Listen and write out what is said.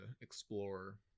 explore